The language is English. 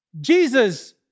Jesus